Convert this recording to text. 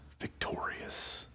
victorious